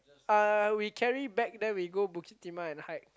uh we carry bag then we go Bukit-Timah and hike